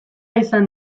izan